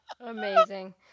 amazing